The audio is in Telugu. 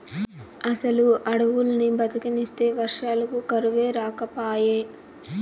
అసలు అడవుల్ని బతకనిస్తే వర్షాలకు కరువే రాకపాయే